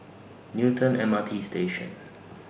Newton M R T Station